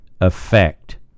effect